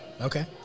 Okay